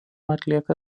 atlieka